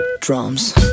drums